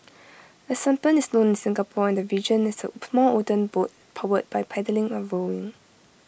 A sampan is known in Singapore and the region as A small wooden boat powered by paddling or rowing